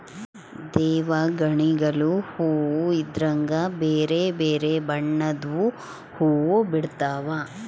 ದೇವಗಣಿಗಲು ಹೂವ್ವ ಇದ್ರಗ ಬೆರೆ ಬೆರೆ ಬಣ್ಣದ್ವು ಹುವ್ವ ಬಿಡ್ತವಾ